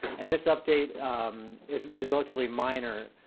and this update is relatively minor,